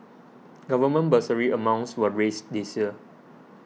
government bursary amounts were raised this year